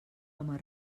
home